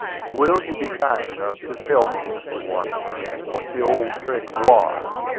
will you be kind enough to tell me, mr. washburn, what the old trick was?